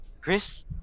Chris